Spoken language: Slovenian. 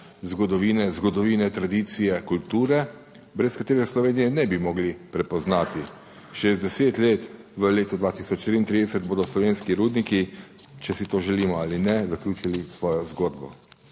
zgodovine tradicije, kulture, brez katere Slovenije ne bi mogli prepoznati. Čez deset let, v letu 2033, bodo slovenski rudniki, če si to želimo ali ne, zaključili svojo zgodbo.